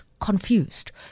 confused